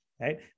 right